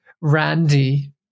Randy